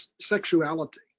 sexuality